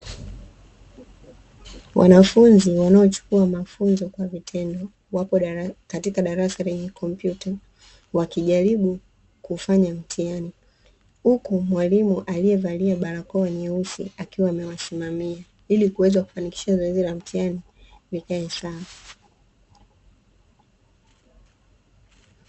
Wanafunzi wanaochukua mafunzo kwa vitendo, wapo katika darasa lenye kompyuta, wakijaribu kufanya mtihani, huku mwalimu aliyevalia barakoa nyeusi akiwa amewasimamia ili kuweza kufanikisha zoezi la mtihani likae sawa.